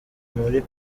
muri